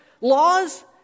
laws